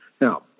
now